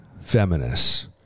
feminists